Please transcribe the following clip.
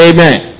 Amen